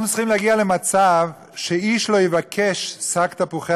אנחנו צריכים להגיע למצב שאיש לא יבקש שק תפוחי